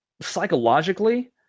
psychologically